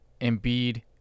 Embiid